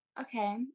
okay